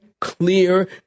clear